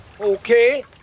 Okay